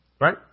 Right